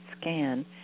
scan